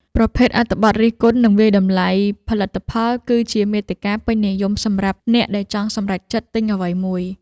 ប្រភេទអត្ថបទរិះគន់ និងវាយតម្លៃផលិតផល គឺជាមាតិកាពេញនិយមសម្រាប់អ្នកដែលចង់សម្រេចចិត្តទិញអ្វីមួយ។